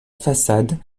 façade